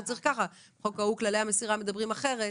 צריך כך ובחוק ההוא כללי המסירה מדברים אחרת.